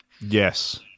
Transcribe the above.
Yes